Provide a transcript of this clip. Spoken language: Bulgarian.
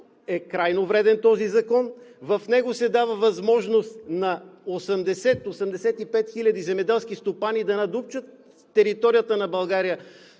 е крайно вреден. В него се дава възможност на 80 – 85 хиляди земеделски стопани да надупчат територията на България.